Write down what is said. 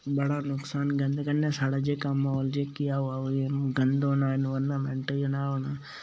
बड़ा नुकसान गंद कन्नै साढ़ा जेह्का गंद होना इनवायरमैंट होई जाना